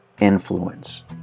influence